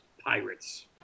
Pirates